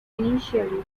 initially